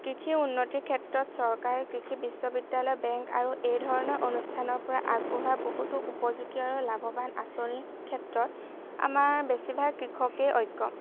কৃষিৰ উন্নতিৰ ক্ষেত্ৰত চৰকাৰ কৃষি বিশ্ববিদ্যালয় বেংক আৰু এই ধৰণৰ অনুষ্ঠানৰ পৰা আগবঢ়োৱা বহুতো উপযোগী আৰু লাভৱান আঁচনিৰ ক্ষেত্ৰত আমাৰ বেছিভাগ কৃষকেই অজ্ঞ